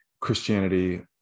Christianity